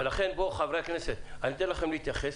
חברי הכנסת, אני אתן לכם להתייחס,